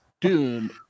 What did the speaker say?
Dude